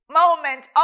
moment